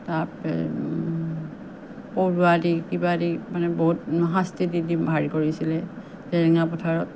তাৰপৰা পৰুৱা দি কিবা দি মানে বহুত শাস্তি দি দি হেৰি কৰিছিলে জেৰেঙা পথাৰত